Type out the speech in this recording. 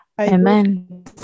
Amen